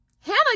Hannah